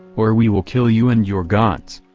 or we will kill you and your gods!